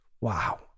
Wow